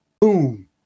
boom